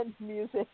music